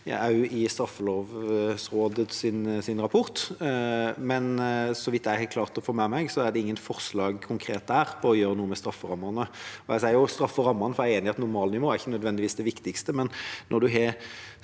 kommentert i Straffelovrådets rapport, men så vidt jeg har klart å få med meg, er det ingen konkrete forslag der for å gjøre noe med strafferammene. Jeg sier strafferammene, for jeg er enig i at normalnivået ikke nødvendigvis er det viktigste, men når man